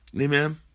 amen